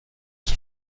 qui